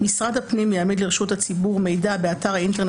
משרד הפנים יעמיד לרשות הציבור מידע באתר האינטרנט